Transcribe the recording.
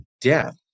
death